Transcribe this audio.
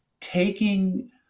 taking